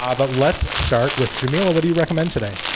ah but let's start with jamila. what do you recommend today?